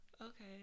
Okay